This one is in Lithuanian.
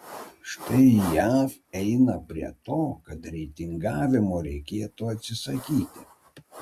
štai jav eina prie to kad reitingavimo reikėtų atsisakyti